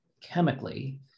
chemically